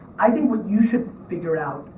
i think what you should figure out,